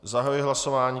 Zahajuji hlasování.